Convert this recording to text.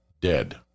dead